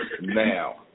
Now